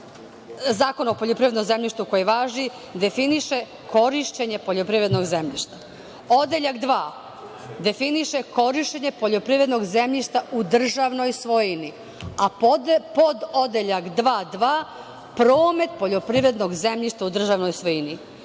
Zakona o poljoprivrednom zemljištu, koji važi, definiše korišćenje poljoprivrednog zemljišta. Odeljak 2. definiše korišćenje poljoprivrednog zemljišta u državnoj svojini, a pododeljak 2.2. promet poljoprivrednog zemljišta u državnoj svojini. Vi